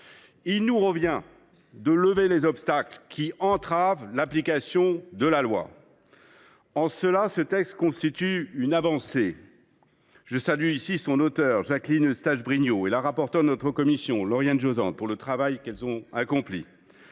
Il nous revient de lever les obstacles qui entravent encore l’application de la loi. En cela, ce texte constitue une avancée notable. Je salue ici son auteur, Jacqueline Eustache Brinio, et la rapporteure de notre commission, Lauriane Josende, pour le travail qu’elles ont réalisé.